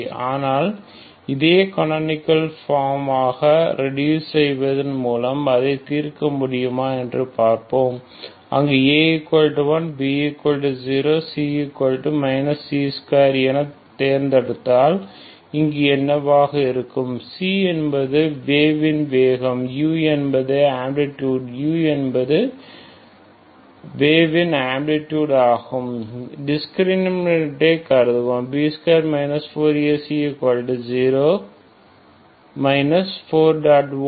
ஆனால் இதை கனோனிகள் ஃபார்ம் ஆக ரேடூஸ் செய்வதன் மூலம் அதைத் தீர்க்க முடியுமா என்று பார்ப்போம் இங்கு A1 B0 C c2 எனத் தேர்ந்தெடுத்தால் இங்கு என்னவாக இருக்கும் c என்பது வேவ் இன் வேகம் மற்றும் u என்பது ஆம்லைடூட் u என்பது வேவ் இன் ஆம்லைடூட் ஆகும் டிஸ்கிரிமினன்டை கருதுவோம் B2 4AC0 4